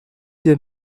wir